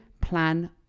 plan